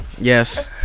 Yes